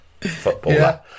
footballer